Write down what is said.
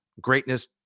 greatness